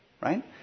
right